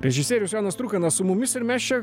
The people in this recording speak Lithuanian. režisierius jonas trukanas su mumis ir mes čia